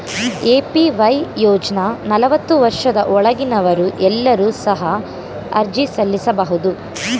APY ಯೋಜ್ನ ನಲವತ್ತು ವರ್ಷದ ಒಳಗಿನವರು ಎಲ್ಲರೂ ಸಹ ಅರ್ಜಿ ಸಲ್ಲಿಸಬಹುದು